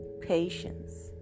patience